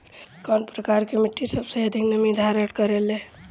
कउन प्रकार के मिट्टी सबसे अधिक नमी धारण करे ले?